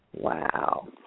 Wow